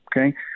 okay